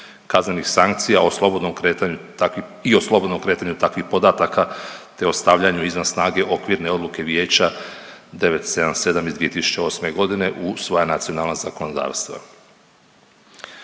kretanju takvih, i o slobodnom kretanju takvih podataka te o stavljanju izvan snage Okvirne odluke vijeća 977 iz 2008. g. u svoja nacionalna zakonodavstva.